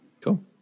Cool